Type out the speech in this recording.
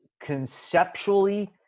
conceptually